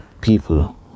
people